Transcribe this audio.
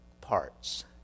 parts